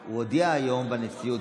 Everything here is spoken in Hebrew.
הוא הודיע היום בנשיאות,